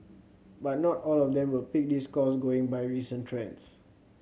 but not all of them will pick this course going by recent trends